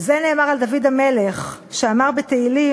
זה נאמר על דוד המלך, שאמר בתהילים: